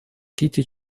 кити